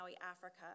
Africa